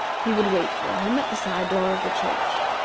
he would wait for him at the side door of the church,